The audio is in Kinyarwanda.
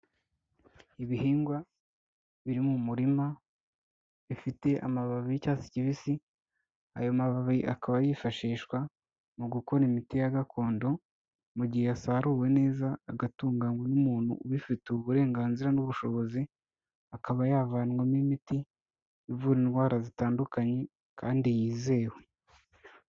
Ibihingwa biri mu murima bifite amababi y'icyatsi kibisi, ayo mababi akaba yifashishwa mu gukora imiti ya gakondo mu gihe yasaruwe neza agatunganywa n'umuntu ubifitiye uburenganzira n'ubushobozi, akaba yavanwamo imiti ivura indwara zitandukanye kandi yizewe.